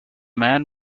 man